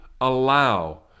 allow